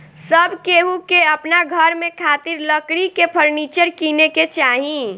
सब केहू के अपना घर में खातिर लकड़ी के फर्नीचर किने के चाही